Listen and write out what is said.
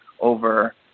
over